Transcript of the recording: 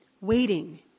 waiting